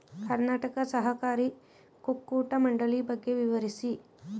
ಕರ್ನಾಟಕ ಸಹಕಾರಿ ಕುಕ್ಕಟ ಮಂಡಳಿ ಬಗ್ಗೆ ವಿವರಿಸಿ?